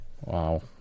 Wow